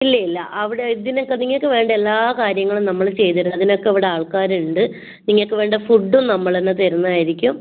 ഇല്ല ഇല്ല അവിടെ ഇതിനൊക്കെ നിങ്ങൾക്ക് വേണ്ട എല്ലാ കാര്യങ്ങളും നമ്മൾ ചെയ്തുതരും അതിനൊക്കെ ഇവിടെ ആൾക്കാർ ഉണ്ട് നിങ്ങൾക്ക് വേണ്ട ഫുഡ്ഡും നമ്മൾതന്നെ തരുന്നതായിരിക്കും